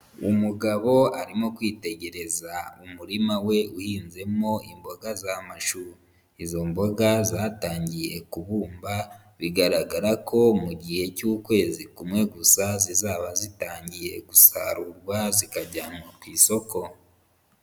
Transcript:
Umugabo arimo kwitegereza umurima we uhinzemo imboga za mashu, izo mboga zatangiye kubumba bigaragara ko mu gihe cy'ukwezi kumwe gusa zizaba zitangiye gusarurwa zikajyanwa ku isoko.